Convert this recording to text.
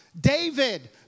David